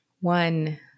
one